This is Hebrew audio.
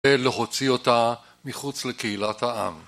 ‫ולהוציא אותה מחוץ לקהילת העם.